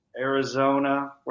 Arizona